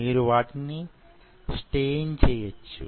మీరు వాటిని స్టైన్ చేయవచ్చు